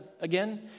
again